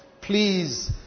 please